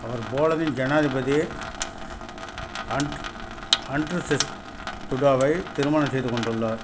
அவர் போலந்தின் ஜனாதிபதி அன்ட்ர்ஸெஸ் டுடோவை திருமணம் செய்து கொண்டுள்ளார்